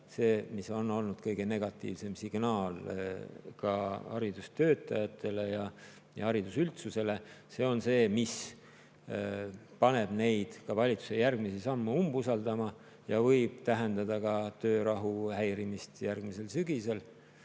See on olnud kõige negatiivsem signaal ka haridustöötajatele ja haridusüldsusele. See on see, mis paneb neid ka valitsuse järgmisi samme umbusaldama ja võib tähendada ka töörahu häirimist järgmisel sügisel.